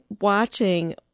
watching